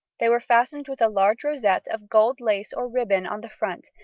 they were fastened with a large rosette of gold lace or ribbon on the front,